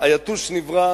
היתוש נברא